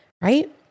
right